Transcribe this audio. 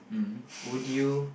mm